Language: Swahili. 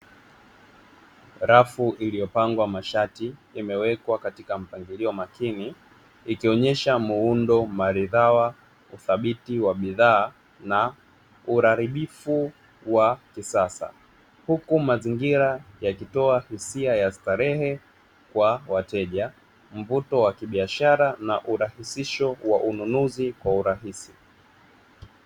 Rafu iliyopangwa mashati imewekwa katika mpangilio makini, ikionyesha muundo maridhawa uthabiti wa bidhaa na uharibifu wa kisasa. Huku mazingira ya kitoa hisia ya starehe kwa wateja, mvuto wa kibiashara na urahisisho wa ununuzi kwa urahisi.